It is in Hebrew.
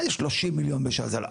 מה זה 30 מיליון בשנה?